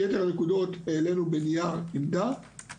את יתר הנקודות העלינו בנייר עמדה.